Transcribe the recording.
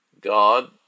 God